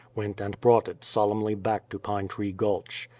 went and brought it solemnly back to pine tree gulch.